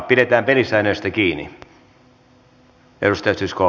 pidetään pelisäännöistä kiinni